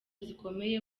zikomeye